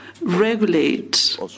regulate